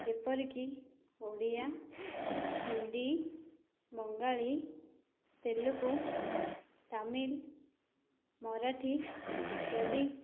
ଯେପରିକି ଓଡ଼ିଆ ହିନ୍ଦୀ ବଙ୍ଗାଳୀ ତେଲୁଗୁ ତାମିଲ ମରାଠୀ ଇତ୍ୟାଦି